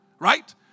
right